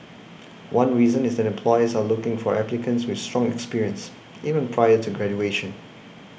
one reason is that employers are looking for applicants with strong experience even prior to graduation